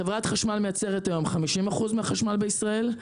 חברת החשמל מייצרת היום 50% מהחשמל בישראל,